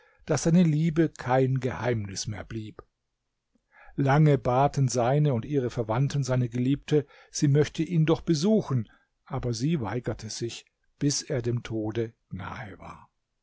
daß seine liebe kein geheimnis mehr blieb lange baten seine und ihre verwandten seine geliebte sie möchte ihn doch besuchen aber sie weigerte sich bis er dem tod nahe war